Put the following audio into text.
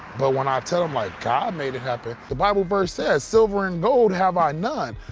but when i tell them, like, god made it happen. the bible verse says, silver and gold have i none,